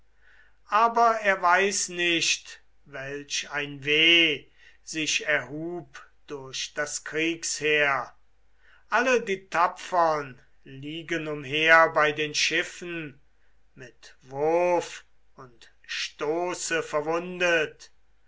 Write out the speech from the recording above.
aber er weiß nicht welch ein weh sich erhub durch das kriegsheer alle die tapfern liegen umher bei den schiffen mit wurf und stoße verwundet